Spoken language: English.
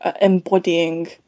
embodying